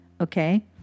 Okay